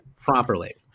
properly